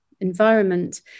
environment